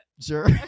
Sure